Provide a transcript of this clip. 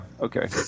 Okay